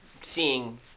seeing